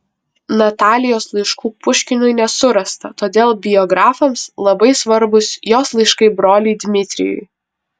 natalijos laiškų puškinui nesurasta todėl biografams labai svarbūs jos laiškai broliui dmitrijui